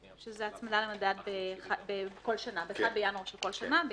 זו הצמדה ב-1 בינואר בכל שנה של חודש אוקטובר